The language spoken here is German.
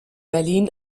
berlin